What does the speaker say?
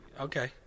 okay